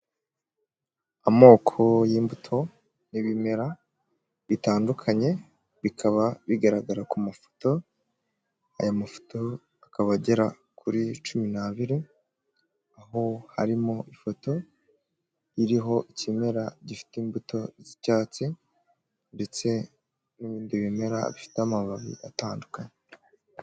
Amoko y'imbuto n'ibimera bitandukanye bikaba bigaragara ku mafoto, aya mafoto akaba agera kuri cumi n'abiri aho harimo ifoto iriho ikimera gifite imbuto z'icyatsi ndetse n'ibindi bimera bifite amababi atandukanye.